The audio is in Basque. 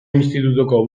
institutuko